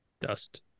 dust